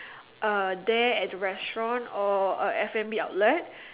uh there at the restaurant or F&B outlet